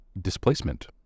displacement